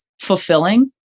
fulfilling